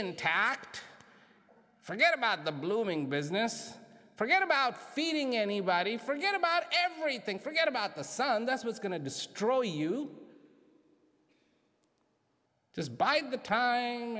intact forget about the blooming business forget about feeding anybody forget about everything forget about the sun that's what's going to destroy you just by the time